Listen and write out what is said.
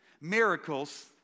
miracles